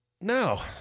No